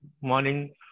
morning